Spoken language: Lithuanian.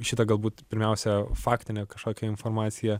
šitą galbūt pirmiausia faktinę kažkokią informaciją